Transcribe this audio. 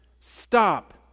Stop